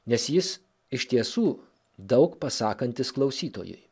nes jis iš tiesų daug pasakantis klausytojui